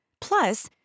Plus